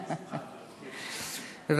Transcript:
בשמחה, גברתי.